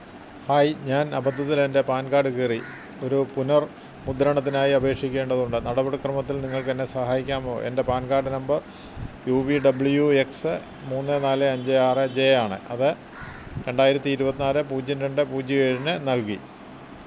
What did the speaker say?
hi ഞാൻ അബദ്ധത്തിലെന്റെ PAN card കീറി ഒരു പുനർമുദ്രണത്തിനായി അപേക്ഷിക്കേണ്ടതുണ്ട് നടപടിക്രമത്തിൽ നിങ്ങൾക്കെന്നെ സഹായിക്കാമോ എന്റെ PAN card number U V W X മൂന്ന് നാല് അഞ്ച് ആറ് ജെ ആണ് അത് രണ്ടായിരത്തി ഇരുപത്തി നാല് പൂജ്യം രണ്ട് പൂജ്യം ഏഴിന് നൽകി